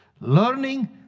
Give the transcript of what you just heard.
Learning